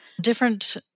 different